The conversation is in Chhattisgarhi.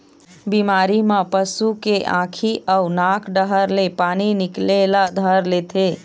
बिमारी म पशु के आँखी अउ नाक डहर ले पानी निकले ल धर लेथे